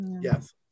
Yes